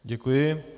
Děkuji.